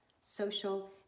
social